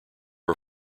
are